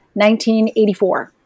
1984